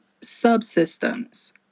subsystems